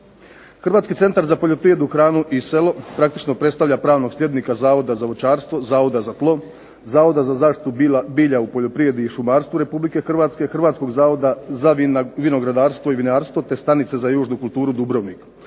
Hrvatski centar za poljoprivredu, hranu i selo praktično predstavlja pravnog sljednika Zavoda za voćarstvo, Zavoda za tlo, Zavoda za zaštitu bilja u poljoprivredi i šumarstvu Republike Hrvatske, Hrvatskog zavoda za vinogradarstvo i vinarstvo, te stanica za južnu kulturu Dubrovnik,